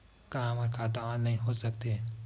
का हमर खाता ऑनलाइन हो सकथे?